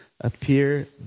appear